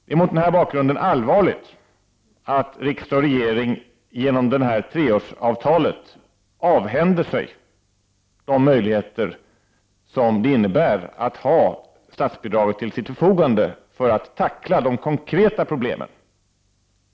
Det är allvarligt att riksdagen och regeringen genom det treåriga avtalet avhänder sig de möjligheter som det innebär att ha statsbi draget till sitt förfogande för att tackla de konkreta problemen.